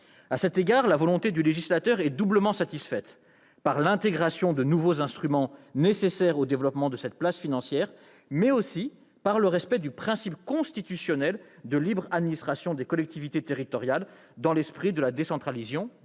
À cet égard, la volonté du législateur est doublement satisfaite : par l'intégration de nouveaux instruments nécessaires au développement de cette place financière, mais aussi par le respect du principe constitutionnel de libre administration des collectivités territoriales dans l'esprit de la décentralisation.